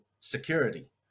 security